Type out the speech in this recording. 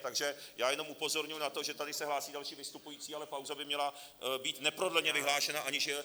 Takže já jenom upozorňuji na to, že tady se hlásí další vystupující, ale pauza by měla být neprodleně vyhlášena, aniž...